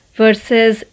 versus